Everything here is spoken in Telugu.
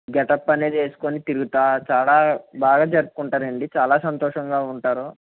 గెటప్ అనేది వేసుకొని తిరుగుతూ చాలా బాగా జరుపుకుంటారండి చాలా సంతోషంగా ఉంటారు